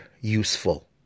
useful